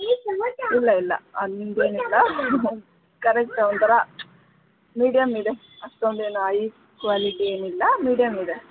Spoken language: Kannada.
ಇಲ್ಲ ಇಲ್ಲ ಹಾಗೇನಿಲ್ಲ ಕರೆಕ್ಟ್ ಒಂಥರ ಮೀಡಿಯಂ ಇದೆ ಅಷ್ಟೊಂದು ಏನು ಹೈ ಕ್ವಾಲಿಟಿ ಏನಿಲ್ಲ ಮೀಡಿಯಂ ಇದೆ